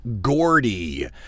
Gordy